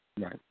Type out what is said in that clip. Right